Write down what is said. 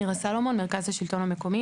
מירה סלומון, מרכז השלטון המקומי.